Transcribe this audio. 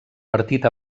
partit